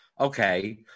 Okay